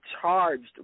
charged